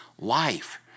life